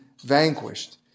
vanquished